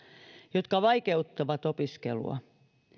jotka vaikeuttavat opiskelua